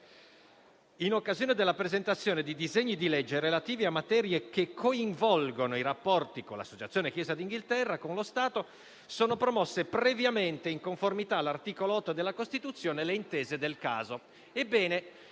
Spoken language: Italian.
"In occasione della presentazione di disegni di legge relativi a materie che coinvolgono i rapporti dell'associazione «Chiesa d'Inghilterra» con lo Stato, sono promosse previamente, in conformità all'articolo 8 della Costituzione, le intese del caso".